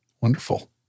Wonderful